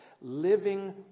Living